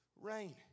rain